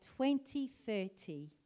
2030